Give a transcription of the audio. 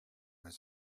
was